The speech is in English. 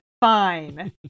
Fine